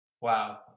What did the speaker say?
Wow